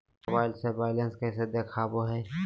Mobile से balance कैसे देखाबो है?